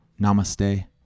Namaste